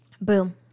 Boom